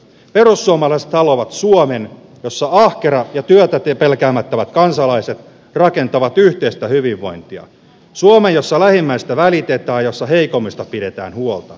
perussuomalaiset haluavat suomen jossa ahkerat ja työtä pelkäämättömät kansalaiset rakentavat yhteistä hyvinvointia suomen jossa lähimmäisistä välitetään ja jossa heikoimmista pidetään huolta